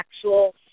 actual